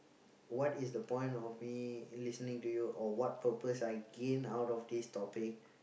what is the point of me listening to you or what purpose I gain out of this topic